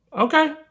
Okay